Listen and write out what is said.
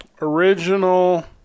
original